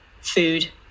food